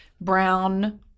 brown